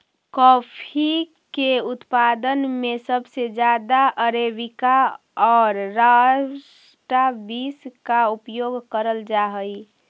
coffee के उत्पादन में सबसे ज्यादा अरेबिका और रॉबस्टा बींस का उपयोग करल जा हई